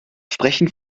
sprechen